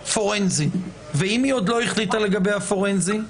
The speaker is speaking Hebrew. פורנזי, ואם היא עוד לא החליטה לגבי הפורנזי?